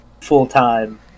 full-time